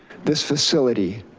this facility.